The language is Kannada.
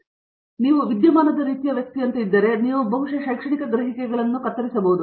ಆದ್ದರಿಂದ ನೀವು ವಿದ್ಯಮಾನದ ರೀತಿಯ ವ್ಯಕ್ತಿಯಂತೆ ಇದ್ದರೆ ನೀವು ಬಹುಶಃ ಶೈಕ್ಷಣಿಕ ಗ್ರಹಿಕೆಗಳಿಗೆ ಕತ್ತರಿಸಬಹುದು